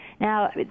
Now